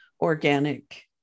organic